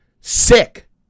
sick